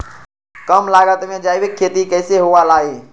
कम लागत में जैविक खेती कैसे हुआ लाई?